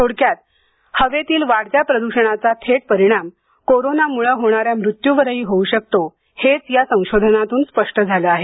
थोडक्यात हवेतील वाढत्या प्रद्षणाचा थेट परिणाम कोरोनामुळं होणाऱ्या मृत्यूवरही होऊ शकतो हेच या संशोधनातून स्पष्ट झालं आहे